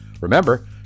Remember